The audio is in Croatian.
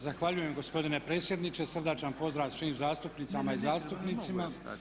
Zahvaljujem gospodine predsjedniče, srdačan pozdrav svim zastupnicama i zastupnicima.